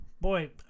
Boy